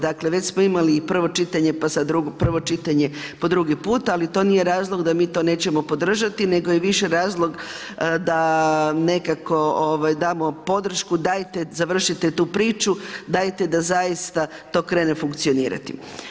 Dakle već smo imali prvo čitanje pa sada prvo čitanje po drugi put, ali to nije razlog da mi to nećemo podržati nego je više razlog da nekako damo podršku dajte završite tu priču, dajte da zaista to krene funkcionirati.